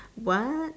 what